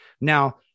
Now